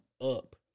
up